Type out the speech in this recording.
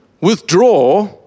withdraw